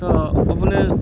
तऽ अपने